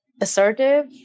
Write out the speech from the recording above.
assertive